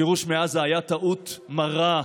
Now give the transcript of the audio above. הגירוש מעזה היה טעות מרה.